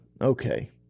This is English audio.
Okay